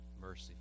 mercy